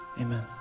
amen